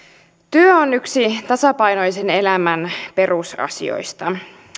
työ on yksi tasapainoisen elämän perusasioista